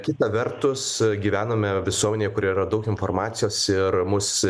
kita vertus gyvename visuomenėj kur yra daug informacijos ir mus